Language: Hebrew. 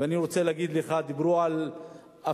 ואני רוצה להגיד לך, דיברו על אבטלה.